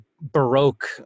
Baroque